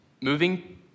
moving